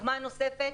דוגמה נוספת.